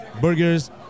Burgers